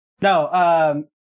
No